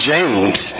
James